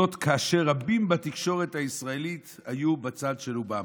זאת כאשר רבים בתקשורת הישראלית היו בצד של אובמה".